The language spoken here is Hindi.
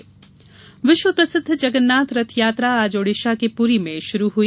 जगन्नाथ रथ यात्रा विश्व प्रसिद्ध जगन्नाथ रथ यात्रा आज ओडिसा के पुरी में शुरु हुई